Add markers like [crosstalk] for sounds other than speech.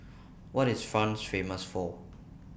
[noise] What IS France Famous For [noise]